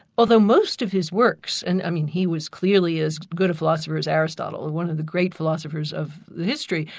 although most of his works and i mean he was clearly as good a philosopher as aristotle, and one of the great philosophers of history,